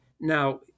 Now